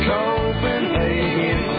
Copenhagen